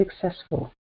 successful